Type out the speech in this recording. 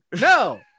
No